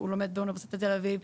הוא לומד באוניברסיטת תל אביב,